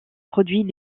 produits